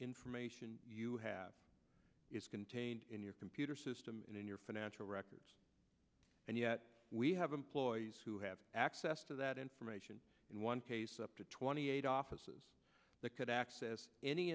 information you have is contained in your computer system and in your financial records and yet we have employees who have access to that information in one case up to twenty eight offices that could access any